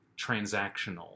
transactional